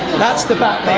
that's the back